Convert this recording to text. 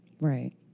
Right